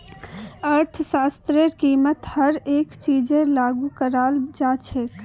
अर्थशास्त्रतेर कीमत हर एक चीजत लागू कराल जा छेक